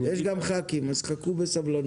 יש גם חברי כנסת אז חכו בסבלנות.